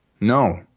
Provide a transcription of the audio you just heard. No